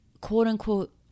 quote-unquote